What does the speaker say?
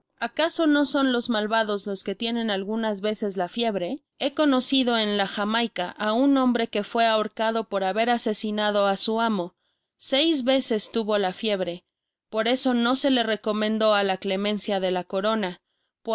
acaso no son los malvados los que tienen algunas veces la fiebre he conocido en la jamaica á un hombre que fué ahorcado por haber asesinado á su amo seis veces tuvo la fiebre por eso no se le recomendó á la clemencia de la corona